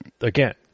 Again